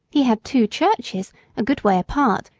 he had two churches a good way apart,